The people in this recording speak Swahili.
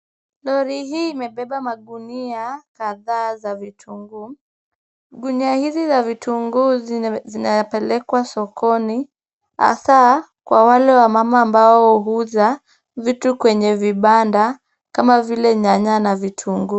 Lori hii imebeba magunia kadhaa za vitunguu, gunia hizi za vitunguu zinapelekwa sokoni, hasa kwa wale wamama ambao huuza, vitu kwenye vibanda, kama vile nyanya na vitunguu.